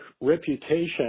reputation